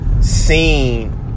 seen